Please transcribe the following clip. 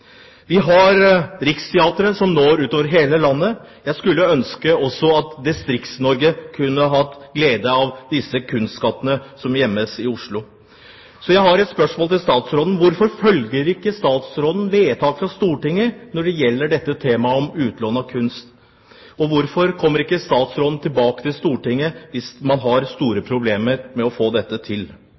Vi har Riksteateret, som når ut over hele landet. Jeg skulle ønske at også Distrikts-Norge kunne hatt glede av disse kunstskattene som gjemmes i Oslo. Jeg har derfor et spørsmål til statsråden: Hvorfor følger ikke statsråden vedtak fra Stortinget når det gjelder temaet utlån av kunst? Og hvorfor kommer ikke statsråden tilbake til Stortinget hvis man har store problemer med å få dette til?